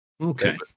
okay